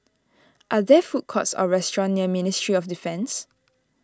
are there food courts or restaurants near Ministry of Defence